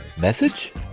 Message